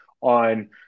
on